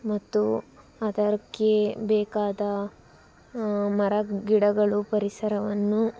ಮತ್ತು ಅದಕ್ಕೆ ಬೇಕಾದ ಮರ ಗಿಡಗಳು ಪರಿಸರವನ್ನು